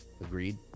Agreed